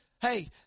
hey